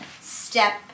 step